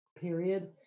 period